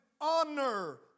honor